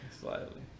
slightly